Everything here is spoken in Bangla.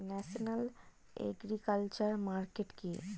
ন্যাশনাল এগ্রিকালচার মার্কেট কি?